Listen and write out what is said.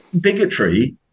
bigotry